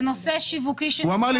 זה נושא שיווקי שנמצא באחריותו.